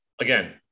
Again